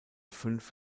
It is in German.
fünf